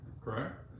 correct